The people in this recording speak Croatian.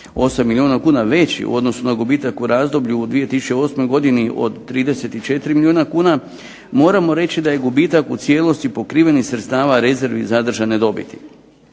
158 milijuna kuna veći u odnosu na gubitak u razdoblju u 2008. godini od 34 milijuna kuna moramo reći da je gubitak u cijelosti pokrivenih sredstava rezervi zadržane dobiti.